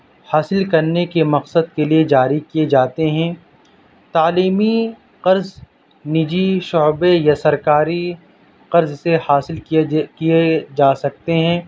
حاصل کرنے کے مقصد کے لیے جاری کیے جاتے ہیں تعلیمی قرض نجی شعبے یا سرکاری قرض سے حاصل کیے کیے جا سکتے ہیں